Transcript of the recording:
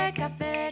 café